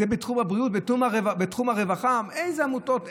בתחום הבריאות, בתחום הרווחה, איזה עמותות.